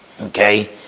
Okay